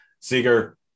Seeger